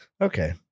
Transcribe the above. Okay